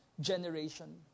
generation